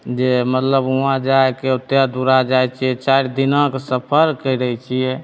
जे मतलब हुआँ जाइके ओतेक दूरा जाइ छियै चारि दिनाके सफर करैत छियै